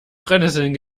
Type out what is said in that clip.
brennnesseln